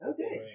Okay